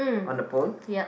on the pole